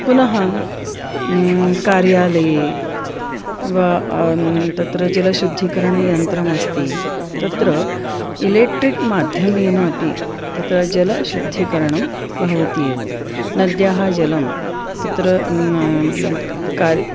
पुनः कार्यालये वा तत्र जलशुद्धीकरणयन्त्रमस्ति तत्र इलेक्ट्रिक् माध्यमेन अपि तत्र जलशुद्धीकरणं भवति एव नद्याः जलं तत्र कार्यं